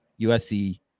USC